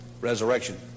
resurrection